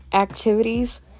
activities